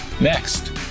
Next